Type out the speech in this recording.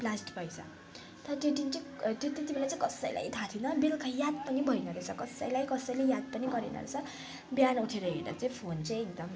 blast भएछ अन्त त्यो दिन चाहिँ त्यति बेला चाहिँ कसैलाई थाहा थिएन बेलका याद पनि भएन रहेछ कसैलाई कसैले याद पनि गरेन रहेछ बिहान उठेर हेर्दा चाहिँ फोन चाहिँ एकदम